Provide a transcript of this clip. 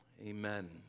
Amen